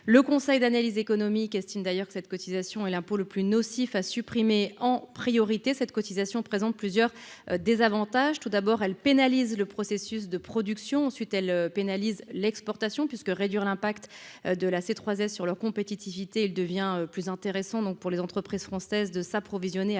le Conseil d'analyse économique, estime d'ailleurs que cette cotisation est l'impôt le plus nocif à supprimer en priorité cette cotisation présentent plusieurs désavantages tout d'abord, elle pénalise le processus de production, ensuite elle pénalise l'exportation puisque réduire l'impact de la c'est trois sur leur compétitivité, il devient plus intéressant donc pour les entreprises françaises de s'approvisionner à l'étranger